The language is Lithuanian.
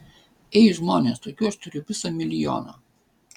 ei žmonės tokių aš turiu visą milijoną